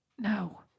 No